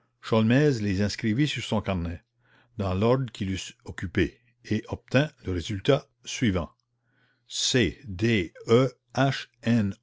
les inscrivit sur son carnet dans l'ordre qu'ils eussent occupé et obtint le résultat suivant fichtre murmura-t-il à